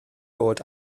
oed